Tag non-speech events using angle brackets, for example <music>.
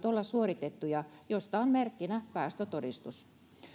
<unintelligible> olla suoritettuja mistä on merkkinä päästötodistus